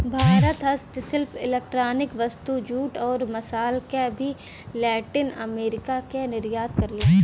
भारत हस्तशिल्प इलेक्ट्रॉनिक वस्तु, जूट, आउर मसाल क भी लैटिन अमेरिका क निर्यात करला